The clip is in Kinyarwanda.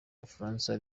bufaransa